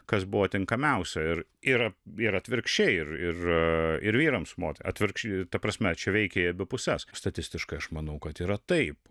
kas buvo tinkamiausia ir yra ir atvirkščiai ir ir ir vyrams atvirkščiai ta prasme čia veikia į abi puses statistiškai aš manau kad yra taip